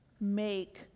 make